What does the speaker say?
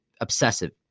obsessive